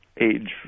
age